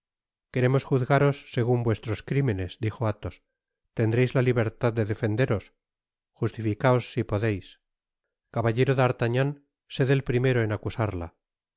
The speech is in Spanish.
queremos juzgaros segun vuestros crimenes dijo athos tendreis la tibertad de defenderos justificaos si podeis caballero d'artagnan sed el primero en acusarla